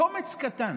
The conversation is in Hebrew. קומץ קטן,